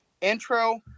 intro